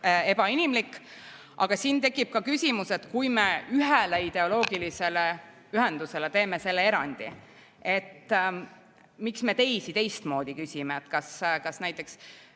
Aga siin tekib ka küsimus, et kui me ühele ideoloogilisele ühendusele teeme erandi, miks me siis teisi teistmoodi käsitleme. Kas näiteks